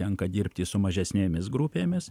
tenka dirbti su mažesnėmis grupėmis